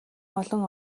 олон